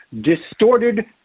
distorted